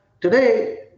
today